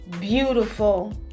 beautiful